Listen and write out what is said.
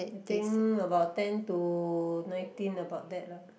I think about ten to nineteen about that lah